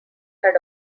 had